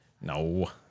No